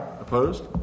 Opposed